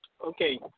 Okay